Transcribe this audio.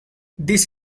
this